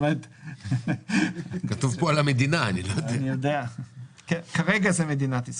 כרגע זה מדינת ישראל.